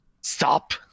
Stop